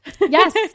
Yes